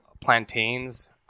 plantains